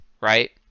right